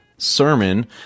sermon